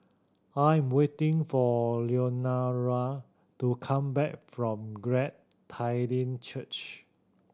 I'm waiting for Leonora to come back from Glad Tiding Church